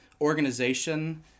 organization